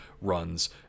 runs